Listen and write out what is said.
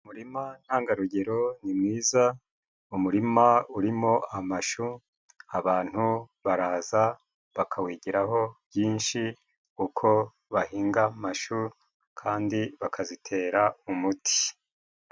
Umurima ntangarugero ni mwiza, umurima urimo amashu, abantu baraza bakawigiraho byinshi, uko bahinga amashu kandi bakazitera umuti.